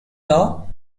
law